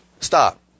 Stop